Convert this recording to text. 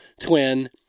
twin